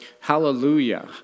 hallelujah